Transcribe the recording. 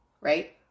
Right